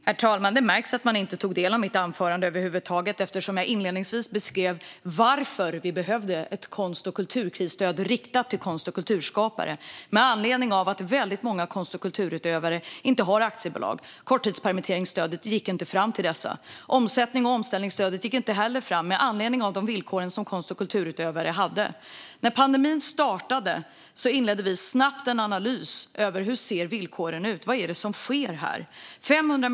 Herr talman! Det märks att ledamoten inte tog del av mitt anförande över huvud taget. Jag beskrev inledningsvis varför vi behövde ett konst och kulturkrisstöd riktat till konst och kulturskapare. Väldigt många konst och kulturutövare har inte aktiebolag, och korttidspermitteringsstödet gick inte fram till dessa. Med anledning av de villkor som konst och kulturutövare hade gick inte heller omsättningsstödet och omställningsstödet fram. När pandemin startade inledde vi snabbt en analys av hur villkoren såg ut och vad som skedde.